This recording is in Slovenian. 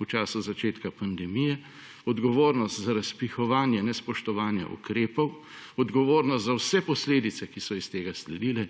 v času začetka pandemije, odgovornost za razpihovanje nespoštovanja ukrepov, odgovornost za vse posledice, ki so iz tega sledile,